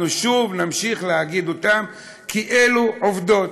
אנחנו שוב נמשיך להגיד אותן, כי אלו העובדות.